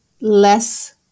less